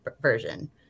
version